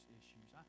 issues